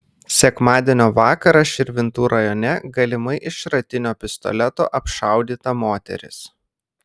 sekmadienio vakarą širvintų rajone galimai iš šratinio pistoleto apšaudyta moteris